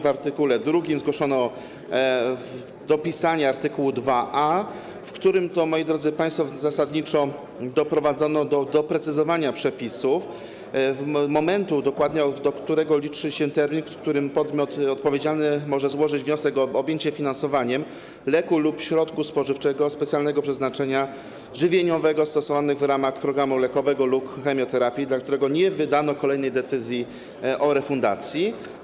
Po art. 2 zgłoszono dopisanie art. 2a, w którym to, moi drodzy państwo, zasadniczo doprowadzono do doprecyzowania przepisów, dokładnie momentu, od którego liczy się termin, w którym podmiot odpowiedzialny może złożyć wniosek o objęcie finansowaniem leku lub środka spożywczego specjalnego przeznaczenia żywieniowego stosowanego w ramach programu lekowego lub chemioterapii, dla którego nie wydano kolejnej decyzji o refundacji.